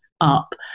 up